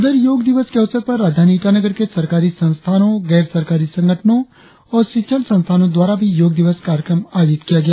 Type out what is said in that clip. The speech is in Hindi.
उधर योग दिवस के अवसर पर राजधानी ईटानगर के सरकारी संस्थानों गैर सरकारी संगठनों और शिक्षण संस्थानों द्वारा भी योग दिवस कार्यक्रम आयोजित किया गया